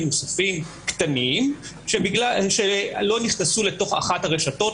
נוספים קטנים שלא נכנסו לתוך אחת הרשתות,